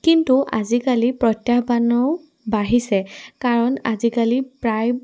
কিন্তু আজিকালি প্ৰত্যাহ্বানো বাঢ়িছে কাৰণ আজিকালি প্ৰায়